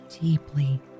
deeply